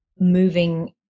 moving